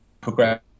progress